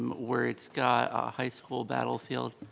where it's got a high school battlefield,